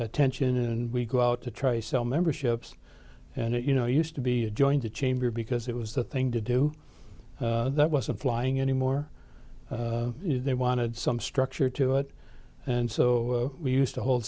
attention and we go out to try sell memberships and you know used to be joined the chamber because it was the thing to do that wasn't flying anymore they wanted some structure to it and so we used to hold